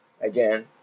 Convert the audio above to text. again